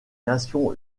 nations